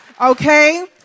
Okay